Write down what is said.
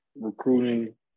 recruiting